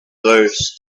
worse